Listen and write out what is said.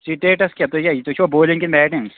status کیٛاہ تُہۍ چھُوا بالِنٛگ کِنہٕ بیٚٹِنٛگ